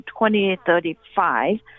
2035